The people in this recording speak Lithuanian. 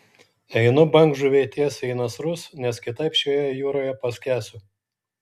einu bangžuvei tiesiai į nasrus nes kitaip šioje jūroje paskęsiu